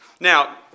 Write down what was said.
Now